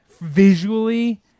visually